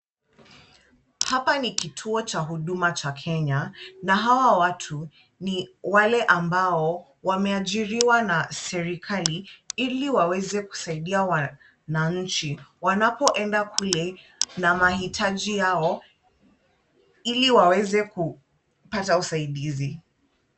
Hapa ni kituo cha huduma cha Kenya na hawa watu ni wale ambao wameajiriwa na serikali ili waweze kusaidia wananchi wanapoenda kule na mahitaji yao ili waweze kupata usaidizi.